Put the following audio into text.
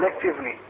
collectively